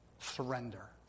Surrender